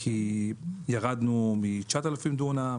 כי ירדנו מ-9,000 דונם,